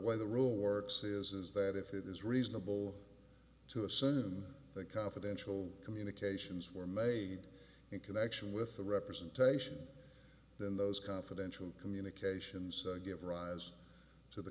way the rule works is is that if it is reasonable to assume that confidential communications were made in connection with the representation then those confidential communications give rise to the